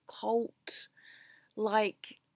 cult-like